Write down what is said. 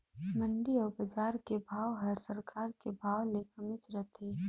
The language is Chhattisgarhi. मंडी अउ बजार के भाव हर सरकार के भाव ले कमेच रथे